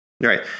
Right